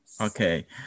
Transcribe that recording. Okay